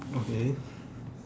okay